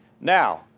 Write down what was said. Now